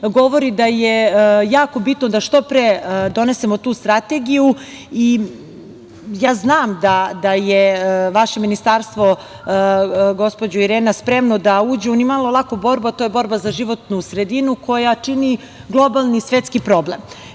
govori da je jako bitno da što pre donesemo tu strategiju. Ja znam da je vaše ministarstvo, gospođo Irena, spremno da uđe u nimalo laku borbu, a to je borba za životnu sredinu, koja čini globalni svetski problem.U